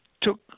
took